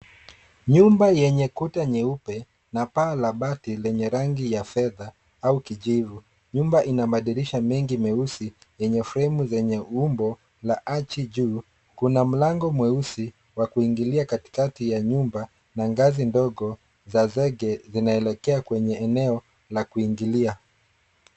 Nyumba yenye kuta nyeupe, na paa la bati lenye rangi ya fedha, au kijivu. Nyumba ina madirisha mengi meusi, yenye fremu zenye umbo la achi juu. Kuna mlango mweusi, wa kuingilia katikati ya nyumba, na ngazi, ndogo, za zege zinaonekana kwenye eneo la kuingilia.